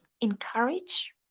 encourage